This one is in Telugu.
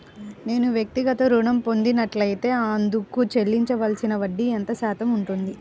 నేను వ్యక్తిగత ఋణం పొందినట్లైతే అందుకు చెల్లించవలసిన వడ్డీ ఎంత శాతం ఉంటుంది?